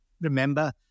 remember